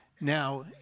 now